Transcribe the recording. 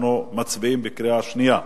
אנחנו מצביעים בקריאה שנייה.